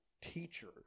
teacher